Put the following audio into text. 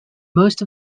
most